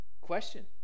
question